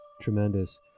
tremendous